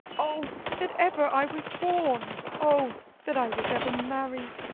oh, that ever i was born! oh, that i was ever married!